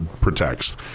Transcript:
protects